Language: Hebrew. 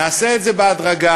נעשה את זה בהדרגה,